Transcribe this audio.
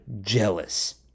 jealous